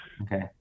okay